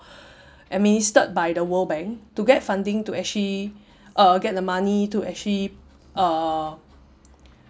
administered by the world bank to get funding to actually uh get the money to actually uh